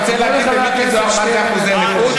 אתה רוצה להגיד למיקי זוהר מה זה אחוזי נכות,